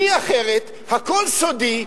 מי אחרת, הכול סודי.